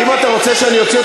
אם אתה רוצה שאני אוציא,